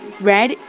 red